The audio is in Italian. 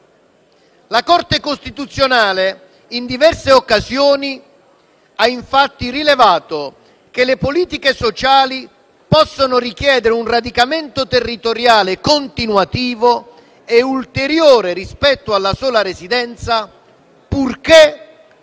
La Corte costituzionale in diverse occasioni ha infatti rilevato che le politiche sociali possono richiedere un radicamento territoriale continuativo e ulteriore rispetto alla sola residenza, purché